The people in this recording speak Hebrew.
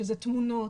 שזה תמונות,